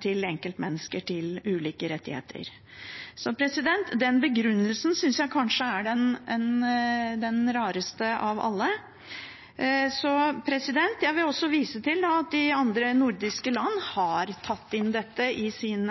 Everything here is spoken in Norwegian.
til enkeltmenneskene. Så den begrunnelsen synes jeg kanskje er den rareste av alle. Jeg vil også vise til at de andre nordiske land har tatt inn dette i sin